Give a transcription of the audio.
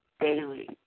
daily